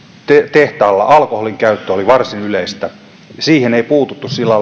tehtaalla alkoholinkäyttö oli varsin yleistä siihen ei puututtu sillä